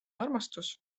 armastus